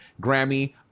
Grammy